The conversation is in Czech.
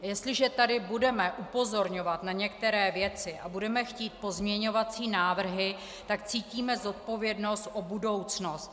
Jestliže tady budeme upozorňovat na některé věci a budeme chtít pozměňovací návrhy, cítíme zodpovědnost o budoucnost.